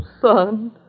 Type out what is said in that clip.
son